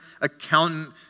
accountant